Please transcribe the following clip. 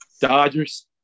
Dodgers